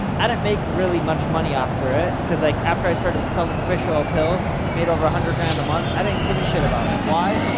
i didn't make really much money after it, cause like after i started selling fish oil pills, made over a hundred grand a month, i didn't give a shit about it. why,